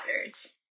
hazards